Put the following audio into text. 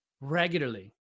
regularly